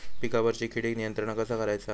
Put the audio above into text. पिकावरची किडीक नियंत्रण कसा करायचा?